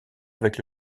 avec